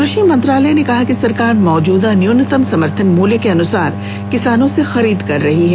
कृषि मंत्रालय ने कहा कि सरकार मौजूदा न्यूनतम समर्थन मूल्य के अनुसार किसानों से खरीद कर रही है